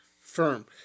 Firm